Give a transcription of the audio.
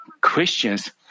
Christians